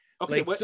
okay